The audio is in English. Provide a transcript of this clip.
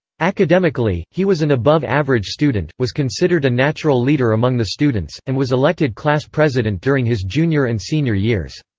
academically, he was an above-average student, was considered a natural leader among the students, and was elected class president during his junior and senior years.